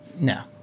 No